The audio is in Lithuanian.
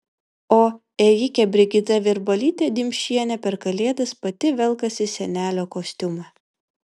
o ėjikė brigita virbalytė dimšienė per kalėdas pati velkasi senelio kostiumą